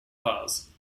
bars